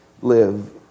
live